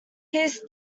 his